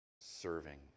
serving